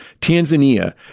Tanzania